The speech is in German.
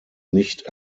nicht